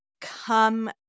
come